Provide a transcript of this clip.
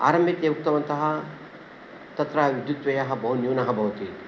आरम्भे ते उक्तवन्तः तत्र विद्युत् व्ययः बहुन्यूनं भवति